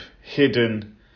hidden